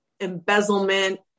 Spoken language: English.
embezzlement